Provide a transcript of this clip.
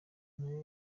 nayo